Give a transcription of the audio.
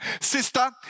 sister